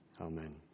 Amen